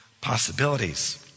possibilities